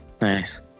nice